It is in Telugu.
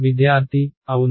విద్యార్థి అవును